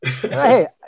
Hey